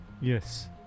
Yes